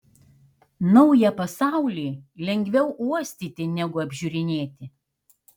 naują pasaulį lengviau uostyti negu apžiūrinėti